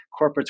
corporates